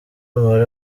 umubare